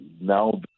now